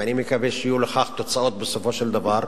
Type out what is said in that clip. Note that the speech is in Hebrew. ואני מקווה שיהיו לכך תוצאות בסופו של דבר,